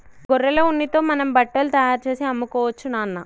గొర్రెల ఉన్నితో మనం బట్టలు తయారుచేసి అమ్ముకోవచ్చు నాన్న